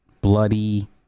bloody